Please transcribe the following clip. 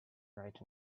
right